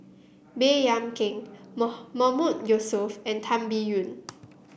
Baey Yam Keng Mahmood Yusof and Tan Biyun